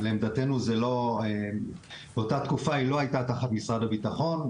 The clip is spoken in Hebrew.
לעמדתנו באותה תקופה היא לא הייתה תחת משרד הביטחון.